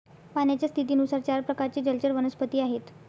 पाण्याच्या स्थितीनुसार चार प्रकारचे जलचर वनस्पती आहेत